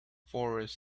forest